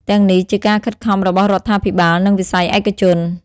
ទាំងនេះជាការខិតខំរបស់រដ្ឋាភិបាលនិងវិស័យឯកជន។